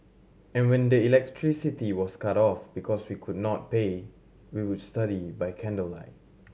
and when the electricity was cut off because we could not pay we would study by candlelight